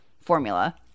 Formula